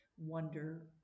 Wonder